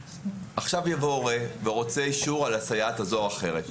עכשיו יבוא הורה והוא רוצה אישור על הסייעת הזו או האחרת.